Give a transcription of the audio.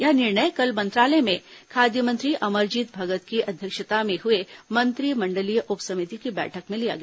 यह निर्णय कल मंत्रालय में खाद्य मंत्री अमरजीत भगत की अध्यक्षता में हुए मंत्री मण्डलीय उप समिति की बैठक में लिया गया